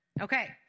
Okay